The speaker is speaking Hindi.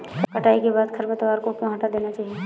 कटाई के बाद खरपतवार को क्यो हटा देना चाहिए?